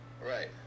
Right